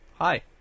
Hi